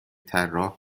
طراح